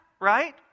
Right